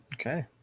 okay